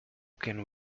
can